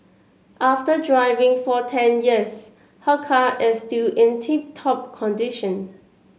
after driving for ten years her car is still in tip top condition